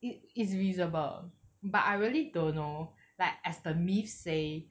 it it's visible but I really don't know like as the myth say